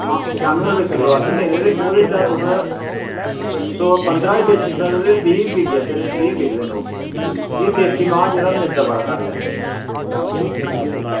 आं पचानमें रपे किलो असें देने ते ओह्दे चा तुस सौ पंदरां बी बेची सकदे ते बीह् बी बिकी जंदे न त्रीह् बी बिकदे न ओह् कि देसी मांह् जेह्ड़ा मिलदा बड़ा घट्ट ऐ इत्थै कि